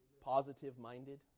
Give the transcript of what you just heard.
positive-minded